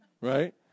Right